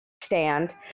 stand